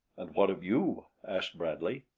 and what of you? asked bradley.